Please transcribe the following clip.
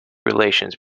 relations